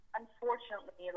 unfortunately